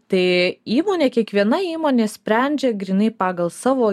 tai įmonė kiekviena įmonė sprendžia grynai pagal savo